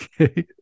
okay